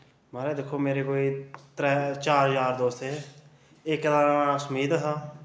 महाराज दिक्खो मेरे कोई त्रै चार यार दोस्त हे इक दा नांऽ सुमीत हा